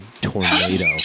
tornado